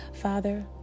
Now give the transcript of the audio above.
Father